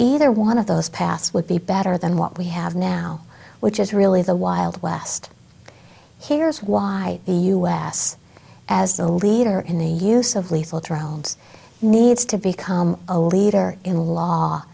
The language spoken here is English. either one of those paths would be better than what we have now which is really the wild west here is why the u s as the leader in the use of lethal drones needs to become a leader in law